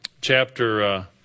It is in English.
chapter